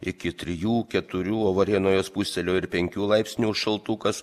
iki trijų keturių o varėnoje spustelėjo ir penkių laipsnio šaltukas